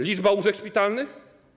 Liczba łóżek szpitalnych?